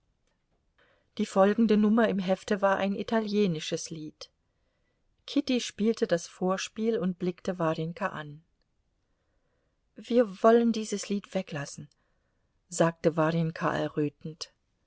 die folgende nummer im hefte war ein italienisches lied kitty spielte das vorspiel und blickte warjenka an wir wollen dieses lied weglassen sagte warjenka errötend